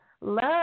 love